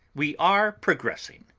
we are progressing.